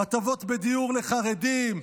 הטבות בדיור לחרדים,